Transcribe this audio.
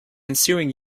ensuing